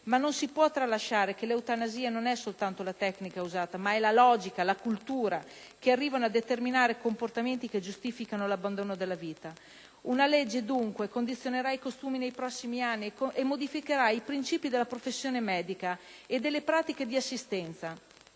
ma non si può tralasciare che l'eutanasia non è solo la tecnica usata ma anche la logica, la cultura, che arrivano a determinare comportamenti che giustificano l'abbandono della vita. Una legge, dunque, condizionerà i costumi nei prossimi anni e modificherà i principi della professione medica e delle pratiche di assistenza: